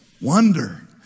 Wonder